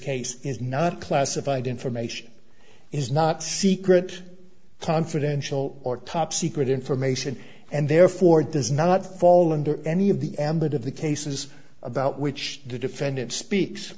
case is not classified information is not secret confidential or top secret information and therefore does not fall under any of the ambit of the cases about which the defendant speaks